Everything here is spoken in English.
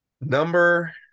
number